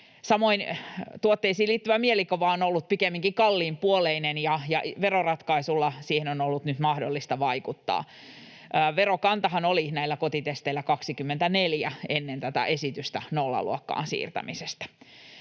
Samoin tuotteisiin liittyvä mielikuva on ollut pikemminkin kalliinpuoleinen, ja veroratkaisulla siihen on ollut nyt mahdollista vaikuttaa. Verokantahan oli näillä kotitesteillä 24 ennen tätä esitystä nollaluokkaan siirtämisestä.